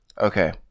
Okay